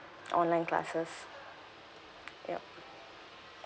online classes yup